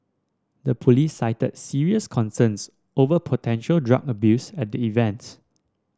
the police cited serious concerns over potential drug abuse at the event